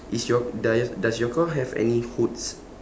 is your do~ y~ does your car have any hoods